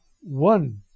one